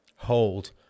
Hold